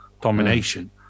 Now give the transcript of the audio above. domination